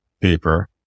paper